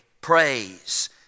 Praise